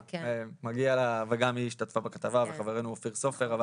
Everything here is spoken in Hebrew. מגיע לה וגם היא השתתפה בכתבה וחברנו אופיר סופר.